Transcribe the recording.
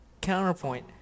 counterpoint